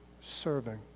serving